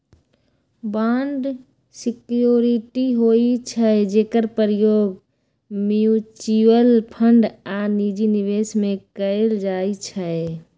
bond security होइ छइ जेकर प्रयोग म्यूच्यूअल फंड आऽ निजी निवेश में कएल जाइ छइ